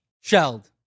Shelled